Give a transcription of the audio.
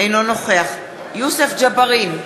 אינו נוכח יוסף ג'בארין,